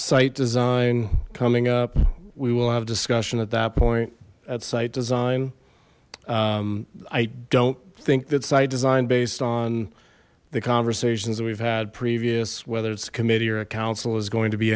site design coming up we will have discussion at that point at site design i don't think that site design based on the conversations that we've had previous whether it's committee or a council is going to be